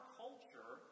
culture